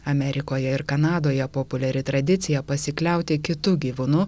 amerikoje ir kanadoje populiari tradicija pasikliauti kitu gyvūnu